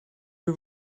you